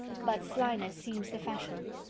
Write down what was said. but slyness seems the fashion.